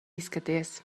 izskaties